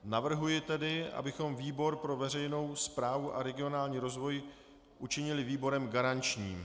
Navrhuji tedy, abychom výbor pro veřejnou správu a regionální rozvoj učinili výborem garančním.